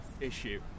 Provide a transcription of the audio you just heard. issue